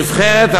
נבחרת,